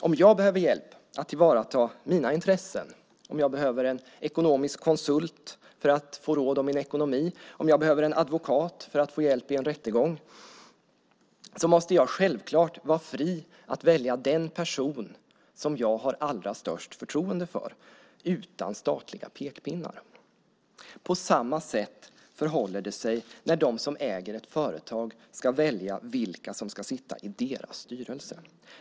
Om jag behöver hjälp att tillvarata mina intressen - om jag behöver en ekonomisk konsult för att få råd om min ekonomi eller en advokat för att få hjälp i en rättegång - måste jag självklart vara fri att välja den person som jag har allra störst förtroende för, utan statliga pekpinnar. På samma sätt förhåller det sig när de som äger ett företag ska välja vilka som ska sitta i deras styrelser.